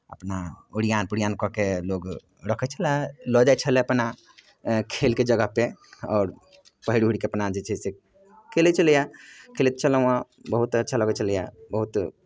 अपना ओरियान पोरियान कऽ के लोक रखै छलय लऽ जाइ छलय अपना खेलके जगहपे आओर पहिरि उहिर कऽ अपना जे छै से खेलै छलैए खेलैत छलहुँ हेँ बहुत अच्छा लगै छलैए बहुत